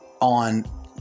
on